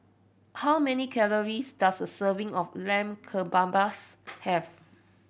how many calories does a serving of Lamb Kebabs have